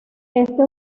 este